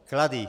Klady.